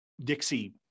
Dixie